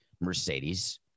Mercedes